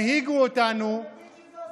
ינהיגו אותנו, אתה מבין שזה הסוף שלכם?